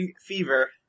fever